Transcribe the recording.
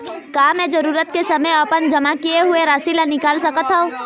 का मैं जरूरत के समय अपन जमा किए हुए राशि ला निकाल सकत हव?